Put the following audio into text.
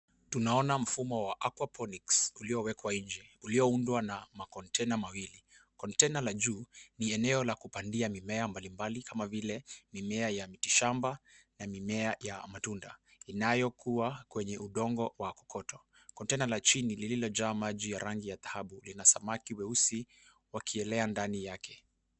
Tunaona mfumo wa aquaphonics , uliowekwa nje, ulioundwa na makontaina mawili. Kontaina la juu ni la kupandia mimea mbalimbali, kama vile, mimea ya miti shamba na mimea ya matunda, inayokua kwa udongo wa kokoto. Kontaina la chini lililojaa maji ya rangi ya dhahabu, lina samaki weusi wakielea ndani yake.